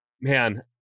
man